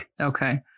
Okay